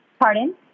pardon